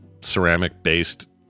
ceramic-based